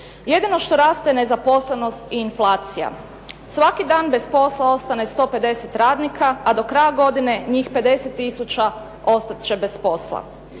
Jedino što raste nezaposlenost i inflacija. Svaki dan bez posla ostane 150 radnika a do kraja godine njih 50 tisuća ostati će bez posla.